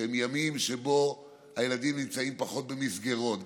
שהם ימים שבהם הילדים נמצאים פחות במסגרות,